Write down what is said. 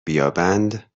بیابند